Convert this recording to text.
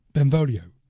benvolio,